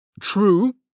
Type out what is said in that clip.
True